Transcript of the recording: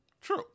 True